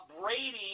Brady